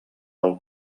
del